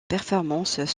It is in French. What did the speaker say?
performances